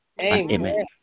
Amen